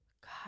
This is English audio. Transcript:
God